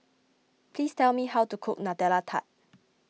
please tell me how to cook Nutella Tart